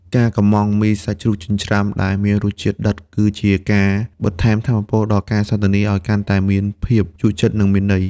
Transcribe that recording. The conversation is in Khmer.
ការកម្ម៉ង់ មីសាច់ជ្រូកចិញ្ច្រាំ ដែលមានរសជាតិដិត គឺជាការបន្ថែមថាមពលដល់ការសន្ទនាឱ្យកាន់តែមានភាពជក់ចិត្ត និងមានន័យ។